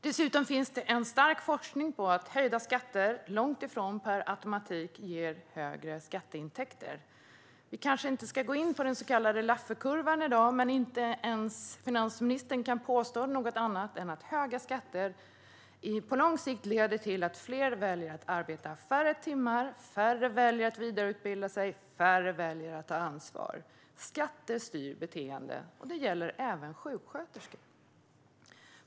Dessutom finns gott om forskning som säger att höjda skatter långt ifrån per automatik ger större skatteintäkter. Vi kanske inte ska gå in på den så kallade Lafferkurvan i dag, men inte ens finansministern kan påstå något annat än att höga skatter på lång sikt leder till att fler väljer att arbeta färre timmar, till att färre väljer att vidareutbilda sig och till att färre väljer att ta ansvar. Skatter styr beteende - detta gäller även sjuksköterskor.